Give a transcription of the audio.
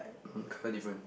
um color different